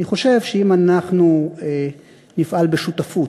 אני חושב שאם אנחנו נפעל בשותפות,